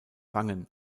wangen